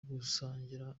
gusangira